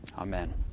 Amen